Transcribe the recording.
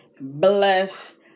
bless